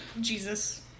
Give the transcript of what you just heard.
Jesus